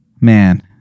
man